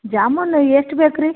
ಜಾಮೂನು ಎಷ್ಟು ಬೇಕು ರೀ